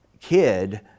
kid